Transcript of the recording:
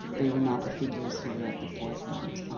they were not the figures who were at the forefront.